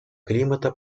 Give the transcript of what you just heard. климата